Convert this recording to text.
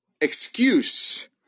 excuse